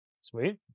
Sweet